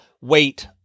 wait